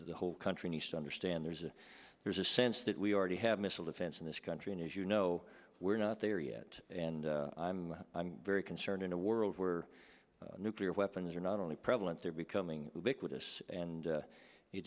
the whole country needs to understand there's a there's a sense that we already have missile defense in this country and as you know we're not there yet and i'm very concerned in a world where nuclear weapons are not only prevalent they're becoming ubiquitous and